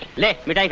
let me like